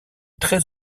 très